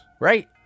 right